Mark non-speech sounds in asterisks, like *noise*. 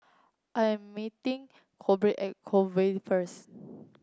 I am meeting Corbin at *unintelligible* Way first